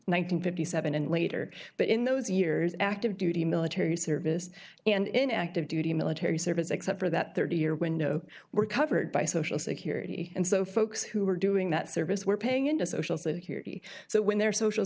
hundred fifty seven and later but in those years active duty military service and in active duty military service except for that thirty year window were covered by social security and so folks who were doing that service were paying into social security so when their social